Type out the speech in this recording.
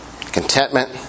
Contentment